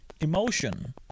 emotion